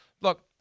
Look